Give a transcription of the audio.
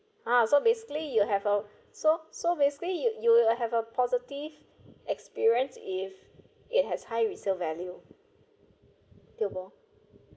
ah so basically you'll have a so so basically you you would have a positive experience if it has high resale value dio bo